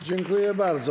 Dziękuję bardzo.